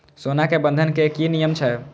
सोना के बंधन के कि नियम छै?